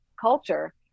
culture